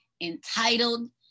entitled